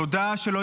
תודה שלא